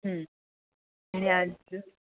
आणि आजू